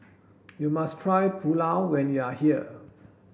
you must try Pulao when you are here